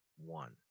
one